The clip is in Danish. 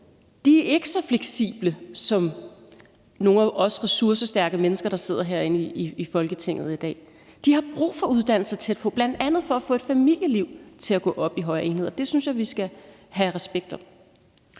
De er ikke så fleksible som nogle af os ressourcestærke mennesker, der sidder herinde i Folketinget i dag. De har brug for uddannelser tæt på, bl.a. for at få et familieliv til at gå op i en højere enhed, og det synes jeg vi skal have respekt for.